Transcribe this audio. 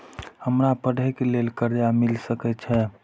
हमरा पढ़े के लेल कर्जा मिल सके छे?